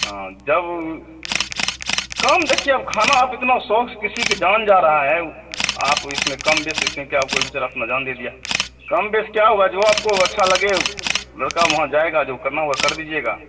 हाँ जब कम देखिए अब खाना आप इतना शौक़ से किसी की जान जा रही है आप इसमें कम बेसी इसमें क्या कोई बेचारा अपनी जान दे दिया कम बेस क्या होगा जो आपको अच्छा लगे लड़का वहाँ जाएगा जो करना होगा कर दीजिएगा